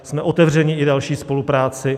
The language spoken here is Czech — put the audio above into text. Jsme otevřeni i další spolupráci.